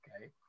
okay